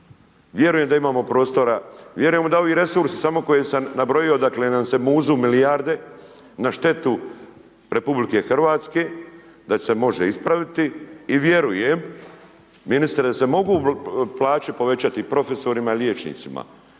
Vjerujem da imamo prostora, vjerujemo da ovi resursi, samo koje sam nabrojio, odakle nam se muzu milijarde na štetu RH da će se može ispavati i vjerujem ministre da se mogu plaće povećati i profesorima i liječnicima.